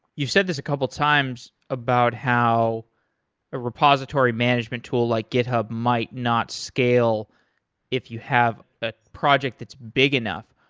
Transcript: you've said this a couple of times about how a repository management tool like github might not scale if you have a project that's big enough.